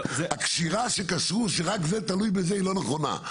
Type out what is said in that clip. הקשירה שקשרו שרק זה תלוי בזה היא לא נכונה,